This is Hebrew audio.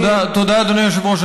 תודה, אדוני היושב-ראש.